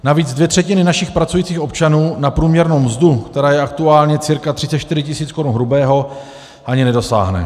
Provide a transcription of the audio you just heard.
Navíc dvě třetiny našich pracujících občanů na průměrnou mzdu, která je aktuálně cca 34 tisíc korun hrubého, ani nedosáhnou.